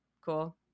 Cool